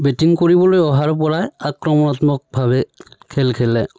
batting কৰিবলৈ অহাৰ পৰাই আক্ৰমণাত্মকভাৱে খেল খেলে